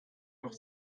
doch